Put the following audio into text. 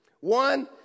One